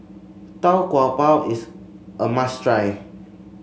Tau Kwa Pau is a must try